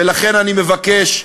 ולכן אני מבקש,